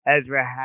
ezra